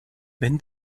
wenn